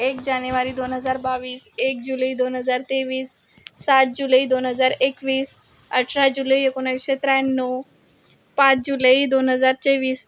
एक जानेवारी दोन हजार बावीस एक जुलै दोन हजार तेवीस सात जुलै दोन हजार एकवीस अठरा जुलै एकोणीसशे त्र्याण्णव पाच जुलै दोन हजार चोवीस